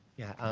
yeah.